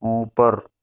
اوپر